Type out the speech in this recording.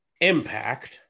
Impact